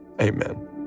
Amen